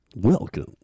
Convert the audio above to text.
Welcome